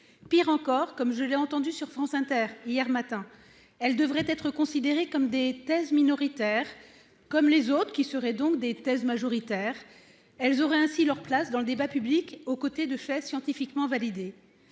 Pire encore, comme je l'ai entendu sur France Inter, hier matin, elles devraient être considérés comme des thèses minoritaires comme les autres qui seraient donc des thèses majoritaire, elles auraient ainsi leur place dans le débat public aux côtés de fait scientifiquement validée.